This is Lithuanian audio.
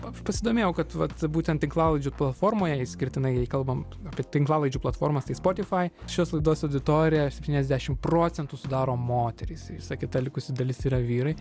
aš pasidomėjau kad vat būtent tinklalaidžių platformoje išskirtinai jei kalbam apie tinklalaidžių platformas tai spotify šios laidos auditoriją septyniasdešimt procentų sudaro moterys visa kita likusi dalis yra vyrai